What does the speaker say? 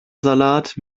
salat